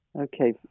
Okay